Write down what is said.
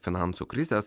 finansų krizės